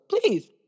Please